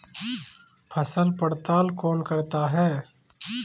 फसल पड़ताल कौन करता है?